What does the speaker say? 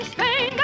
Spain